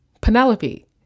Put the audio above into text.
Penelope